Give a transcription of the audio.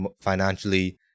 financially